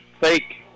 fake